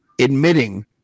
admitting